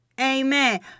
Amen